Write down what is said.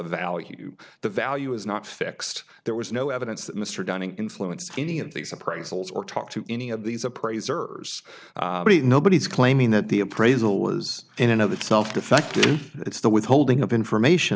value the value is not fixed there was no evidence that mr dunning influenced any of these appraisals or talk to any of these appraisers nobody's claiming that the appraisal was in another self defective it's the withholding of information